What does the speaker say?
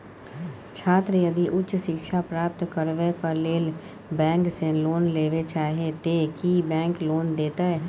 छात्र यदि उच्च शिक्षा प्राप्त करबैक लेल बैंक से लोन लेबे चाहे ते की बैंक लोन देतै?